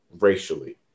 racially